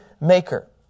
maker